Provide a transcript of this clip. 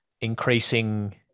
increasing